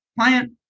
client